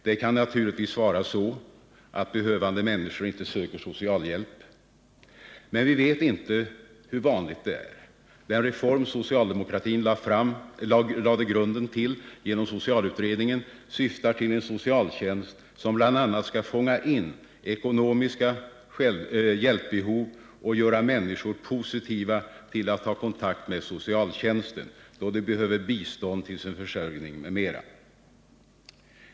Det kan naturligtvis vara så, att behövande människor inte söker socialhjälp, men vi vet inte hur vanligt det är. Den reform som socialdemokratin lade grunden till genom socialutredningen syftar till en socialtjänst, som bl.a. skall fånga in ekonomiska hjälpbehov och göra människor positiva till att ta kontakt med socialtjänsten, då de behöver bistånd till sin försörjning m.m.